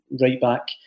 right-back